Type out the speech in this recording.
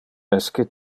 esque